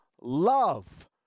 love